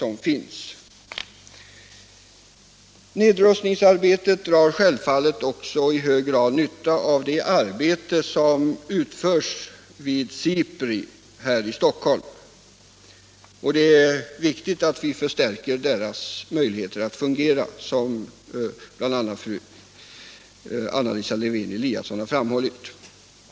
95 Nedrustningsarbetet drar självfallet också i hög grad nytta av det arbete som utförs vid SIPRI här i Stockholm, och det är viktigt att vi förstärker dess möjligheter att fungera, som bl.a. fru Lewén-Eliasson framhållit.